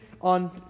on